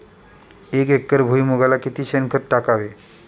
एक एकर भुईमुगाला किती शेणखत टाकावे?